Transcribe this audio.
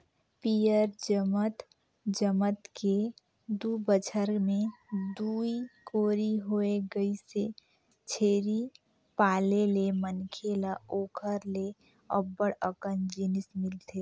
पियंर जमत जमत के दू बच्छर में दूई कोरी होय गइसे, छेरी पाले ले मनखे ल ओखर ले अब्ब्ड़ अकन जिनिस मिलथे